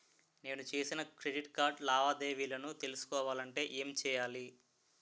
నేను చేసిన credit card లావాదేవీలను తెలుసుకోవాలంటే ఏం చేయాలి?